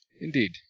Indeed